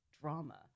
drama